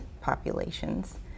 populations